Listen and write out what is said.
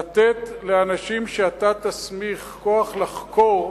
לתת לאנשים שאתה תסמיך כוח לחקור,